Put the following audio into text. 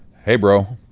hey, bro,